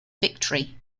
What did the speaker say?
victory